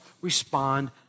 respond